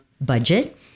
budget